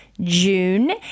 June